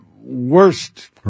worst